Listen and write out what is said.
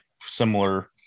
similar